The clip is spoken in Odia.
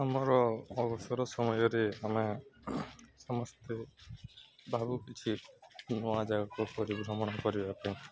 ଆମର ଅବସର ସମୟରେ ଆମେ ସମସ୍ତେ ଭାବୁ କିଛି ନୂଆ ଜାଗାକୁ ପରିଭ୍ରମଣ କରିବା ପାଇଁ